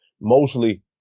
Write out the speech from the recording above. mostly